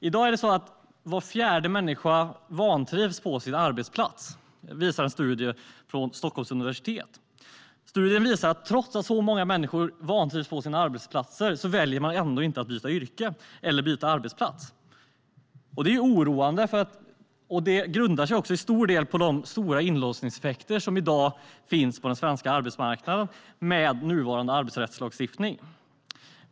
I dag vantrivs var fjärde människa på sin arbetsplats. Det visar en studie från Stockholms universitet. Trots att så många människor vantrivs på sin arbetsplats visar studien att man ändå inte väljer att byta arbetsplats. Det är oroande och grundar sig till stor del på de inlåsningseffekter som finns på den svenska arbetsmarknaden på grund av nuvarande arbetsrättslagstiftning.